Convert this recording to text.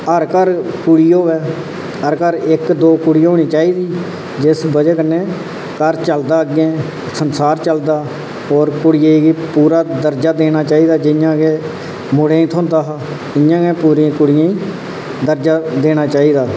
कि हर घर कुड़ी होऐ हर घर इक्क दौं कुड़ी होनी चाहिदी जिस बजह कन्नै घर चलदा अग्गै संसार चलदा होर कुड़ियें गी पूरा दर्जा देना चाहिदा कि जि'यां मुड़ें गी थ्होंदा हा इं'या पूरा कुड़ियें गी दर्जा देना चाहिदा